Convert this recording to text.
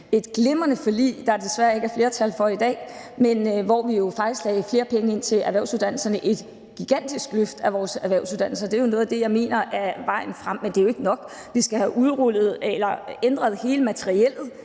et glimrende forlig, der desværre ikke er flertal for i dag, men hvor vi jo faktisk lagde flere penge ind til erhvervsuddannelserne. Et gigantisk løft af vores erhvervsuddannelser er noget af det, jeg mener er vejen frem, men det er jo ikke nok. Vi skal have ændret hele materiellet;